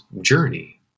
journey